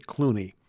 Clooney